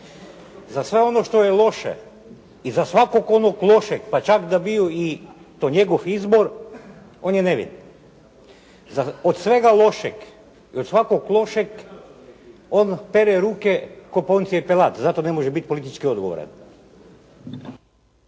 Za sve ono što je loše iza svakog onog lošeg, pa da je bio to njegov izbor, on je nevin. Od svega lošeg i od svakog lošeg on pere ruke kao Poncije Pilat. Zato ne može biti politički odgovoran.